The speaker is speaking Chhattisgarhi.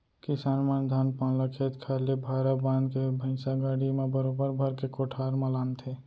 किसान मन धान पान ल खेत खार ले भारा बांध के भैंइसा गाड़ा म बरोबर भर के कोठार म लानथें